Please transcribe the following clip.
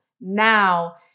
now